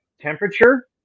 temperature